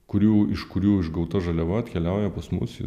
kurių iš kurių išgauta žaliava atkeliauja pas mus į